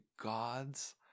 God's